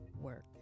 work